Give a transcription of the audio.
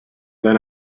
then